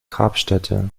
grabstätte